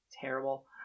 Terrible